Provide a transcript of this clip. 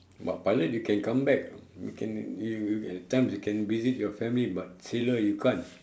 but pilot you can come back you can you you you at times you can visit your family but sailor you can't